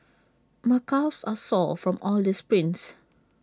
my calves are sore from all the sprints